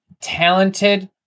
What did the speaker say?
talented